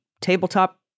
tabletop